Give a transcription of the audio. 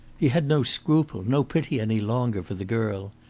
he had no scruple, no pity any longer for the girl.